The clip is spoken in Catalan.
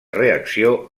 reacció